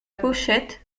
pochette